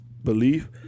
Belief